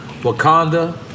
Wakanda